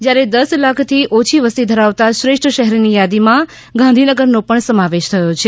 જ્યારે દસ લાખથી ઓછી વસતિ ધરાવતા શ્રેષ્ઠા શહેરની યાદીમાં ગાંધીનગરનો પણ સમાવેશ થયો છે